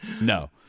No